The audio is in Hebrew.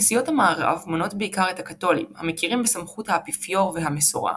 כנסיות המערב מונות בעיקר את הקתולים המכירים בסמכות האפיפיור והמסורה,